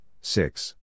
six